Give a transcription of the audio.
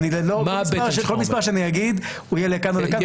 כל מספר שאני אגיד הוא יהיה לכאן או לכאן,